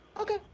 Okay